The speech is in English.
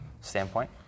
standpoint